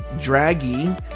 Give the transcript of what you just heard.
Draggy